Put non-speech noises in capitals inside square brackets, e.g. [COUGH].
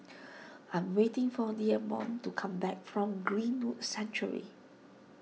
[NOISE] I am waiting for Dameon to come back from Greenwood Sanctuary